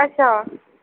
अच्छा